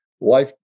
life